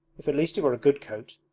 if at least it were a good coat,